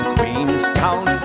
Queenstown